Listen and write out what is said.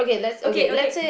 okay okay